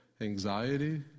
anxiety